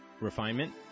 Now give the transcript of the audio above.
refinement